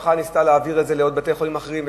והמשפחה ניסתה להעביר את זה לעוד בתי-חולים אחרים,